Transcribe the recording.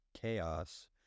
Chaos